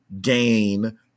gain